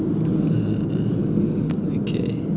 mmhmm okay